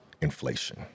inflation